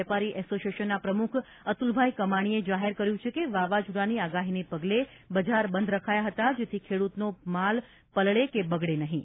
વેપારી એસોસિયેશનના પ્રમુખ અતુલભાઇ કમાણીએ જાહેર કર્યું છે કે વાવાઝોડાની આગાહીને પગલે બજાર બંધ રખાયા હતા જેથી ખેડૂતનો માલ પલળે કે બગડે નહિં